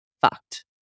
fucked